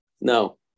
No